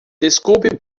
desculpe